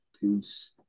peace